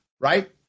right